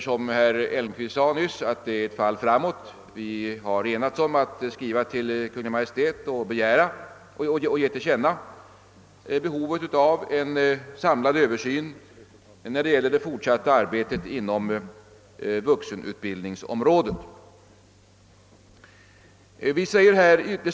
Som herr Elmstedt sade nyss är det ett fall framåt. Vi har enats om att skriva till Kungl. Maj:t och ge till känna behovet av en samlad översyn när det gäller det fortsatta arbetet på vuxenutbildningsområdet.